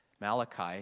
Malachi